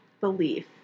belief